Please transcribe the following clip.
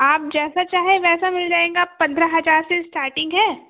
आप जैसा चाहे वैसा मिल जाएंगा पंद्रह हज़ार से स्टार्टिंग है